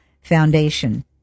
Foundation